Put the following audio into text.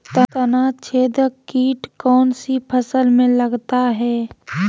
तनाछेदक किट कौन सी फसल में लगता है?